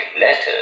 letters